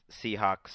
Seahawks